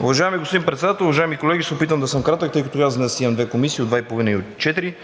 Уважаеми господин Председател, уважаеми колеги! Ще се опитам да съм кратък, тъй като и аз днес имам две комисии – от два и половина и от четири.